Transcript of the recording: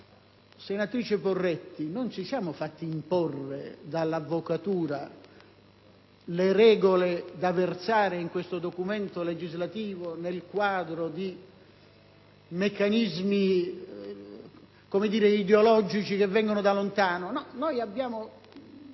Senatrice Poretti, non ci siamo fatti imporre dall'avvocatura le regole da riversare in questo documento legislativo, nel quadro di meccanismi, come dire, ideologici che vengono da lontano. No, noi abbiamo